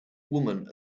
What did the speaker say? woman